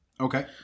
Okay